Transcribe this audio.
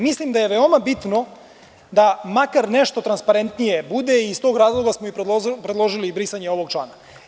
Mislim da je veoma bitno da makar nešto transparentnije bude i iz tog razloga smo predložili brisanje ovog člana.